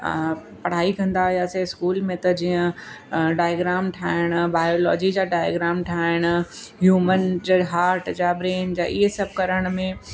पढ़ाई कंदा हुयासीं स्कूल में त जीअं डायग्राम ठाहिणु बायलॉजी जा डायग्राम ठाहिणु ह्यूमन जा हार्ट जा ब्रेन जा इहे सभु करण में